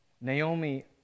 Naomi